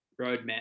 roadmap